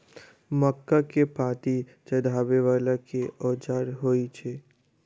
मक्का केँ पांति चढ़ाबा वला केँ औजार होइ छैय?